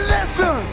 Listen